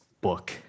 book